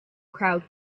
crowd